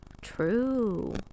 True